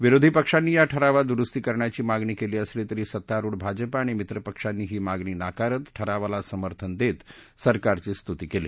विरोधी पक्षांनी या ठरावात दुरुस्ती करण्याची मागणी केली असली तरी सत्तारुढ भाजपा आणि मित्रपक्षांनी ही मागणी नाकारात ठरावाला समर्थन देत सरकारची स्तुती केली